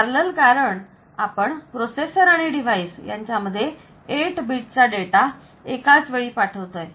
parallel कारण आपण processor आणि डिवाइस यांच्यामध्ये 8 बीट चा डेटा एकाच वेळी पाठवतोय